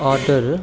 order